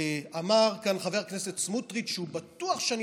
אמר כאן חבר הכנסת סמוטריץ' שהוא בטוח שאני